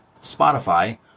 Spotify